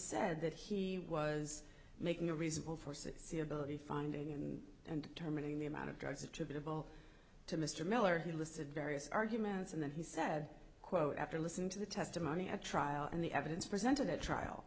said that he was making a reasonable force it's the ability finding and and determining the amount of drugs attributable to mr miller he listed various arguments and then he said quote after listening to the testimony at trial and the evidence presented at trial